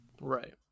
Right